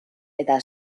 eta